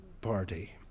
party